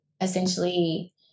essentially